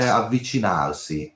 avvicinarsi